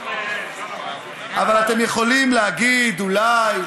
אתם יכולים להגיד, אולי: